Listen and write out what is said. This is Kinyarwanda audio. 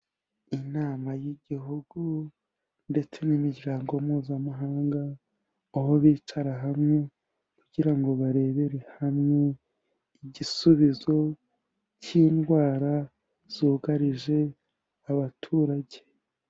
Inama y'Igihugu ndetse n'imiryango Mpuzamahanga, aho bicara hamwe, kugira ngo barebere hamwe igisubizo cy'indwara zugarije abaturage.